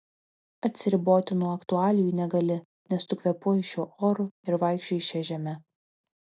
atsiriboti nuo aktualijų negali nes tu kvėpuoji šiuo oru ir vaikščioji šia žeme